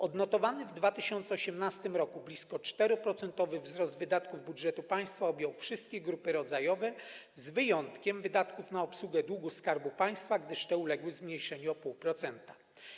Odnotowany w 2018 r. blisko 4-procentowy wzrost wydatków budżetu państwa objął wszystkie grupy rodzajowe, z wyjątkiem wydatków na obsługę długu Skarbu Państwa, gdyż te uległy zmniejszeniu o 0,5%.